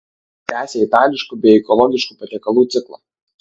tęsia itališkų bei ekologiškų patiekalų ciklą